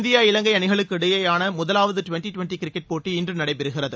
India இலங்கை அணிகளுக்கு இடையேயான முதலாவது டிவெண்டி டிவெண்டி கிரிக்கெட் போட்டி இன்று நடைபெறுகிறது